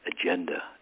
agenda